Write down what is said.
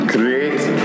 Create